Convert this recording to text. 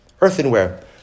Earthenware